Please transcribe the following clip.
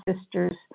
sisters